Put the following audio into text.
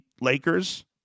Lakers